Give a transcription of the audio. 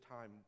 time